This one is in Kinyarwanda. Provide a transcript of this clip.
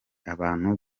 abantu